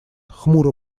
хмуро